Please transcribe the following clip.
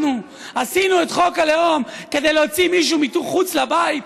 עשינו את חוק הלאום כדי להוציא מישהו מחוץ לבית,